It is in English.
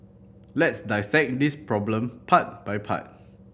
let's dissect this problem part by part